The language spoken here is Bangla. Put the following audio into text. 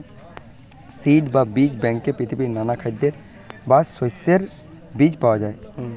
সিড বা বীজ ব্যাংকে পৃথিবীর নানা খাদ্যের বা শস্যের বীজ পাওয়া যায়